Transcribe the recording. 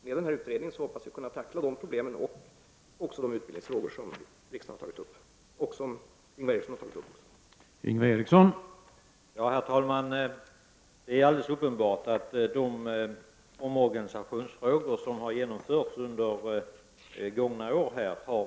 Med denna utredning hoppas vi kunna tackla de problemen och också de utbildningsfrågor som riksdagen diskuterade och som Ingvar Eriksson även berört.